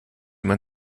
man